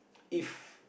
if